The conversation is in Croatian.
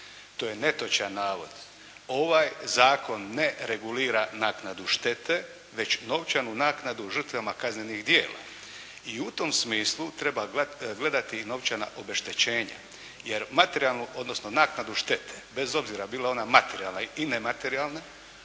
To je netočan navod. Ovaj zakon ne regulira naknadu štete, već novčanu naknadu žrtvama kaznenih dijela. I u tom smislu treba gledati novčana obeštećenja. Jer materijalnu, odnosno naknadu štete, bez obzira bila ona materijalna i nematerijalna